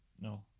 No